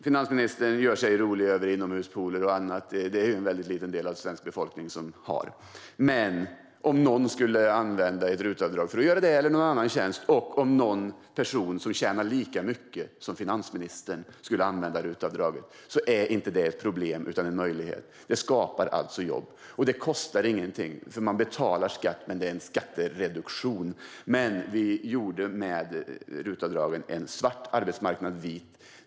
Finansministern gör sig rolig över inomhuspooler, och det är det ju en ytterst liten del av svensk befolkning som har. Men om någon skulle använda ett RUT-avdrag till det eller någon annan tjänst och om någon person som tjänar lika mycket som finansministern skulle använda RUT-avdraget är det inte ett problem utan en möjlighet. Det skapar jobb. Det kostar dessutom inget. Man betalar skatt, men det är en skattereduktion. Med RUT-avdraget gjorde vi en svart arbetsmarknad vit.